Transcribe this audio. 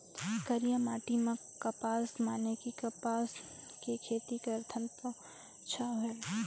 करिया माटी म कपसा माने कि कपास के खेती करथन तो अच्छा होयल?